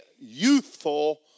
youthful